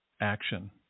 action